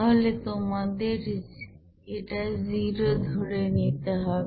তাহলে তোমাদের এটা 0 ধরে নিতে হবে